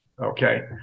Okay